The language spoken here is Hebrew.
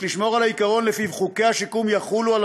יש לשמור על העיקרון שלפיו חוקי השיקום יחולו על